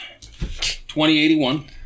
2081